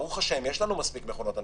ברוך ה', יש לנו מספיק מכונות הנשמה.